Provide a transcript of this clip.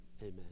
Amen